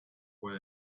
way